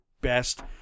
best